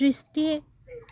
দৃষ্টি